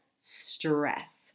stress